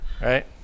right